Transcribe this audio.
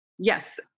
Yes